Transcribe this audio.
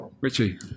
Richie